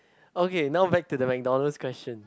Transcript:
okay now back to the McDonald's question